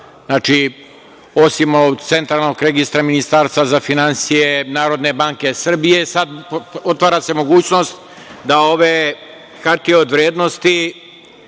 znači, osim Centralnog registra Ministarstva za finansije, Narodne banke Srbije sad se otvara mogućnost da ove hartije od vrednosti